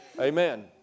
Amen